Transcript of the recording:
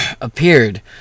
appeared